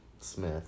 Smith